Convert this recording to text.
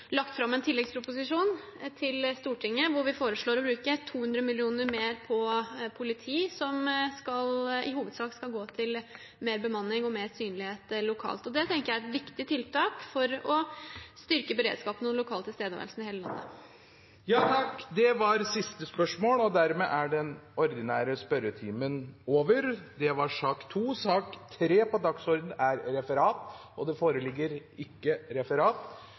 lagt fram en tilleggsproposisjon for Stortinget, hvor vi foreslår å bruke 200 mill. kr mer på politi, som i hovedsak skal gå til mer bemanning og mer synlighet lokalt. Det tenker jeg er et viktig tiltak for å styrke beredskapen og den lokale tilstedeværelsen i hele landet. Dermed er den ordinære spørretimen over. Det